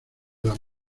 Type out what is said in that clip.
las